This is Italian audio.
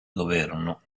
governo